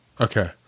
Okay